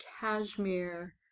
cashmere